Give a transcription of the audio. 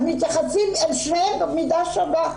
אז מתייחסים אל שניהם במידה שווה.